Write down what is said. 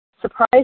surprise